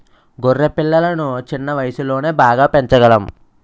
గొర్రె పిల్లలను చిన్న వయసులోనే బాగా పెంచగలం